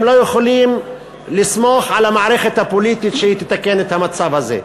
הם לא יכולים לסמוך על המערכת הפוליטית שהיא תתקן את המצב הזה.